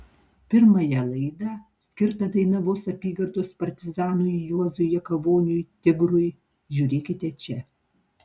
pirmąją laidą skirtą dainavos apygardos partizanui juozui jakavoniui tigrui žiūrėkite čia